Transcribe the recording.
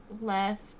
left